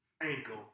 Ankle